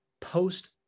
post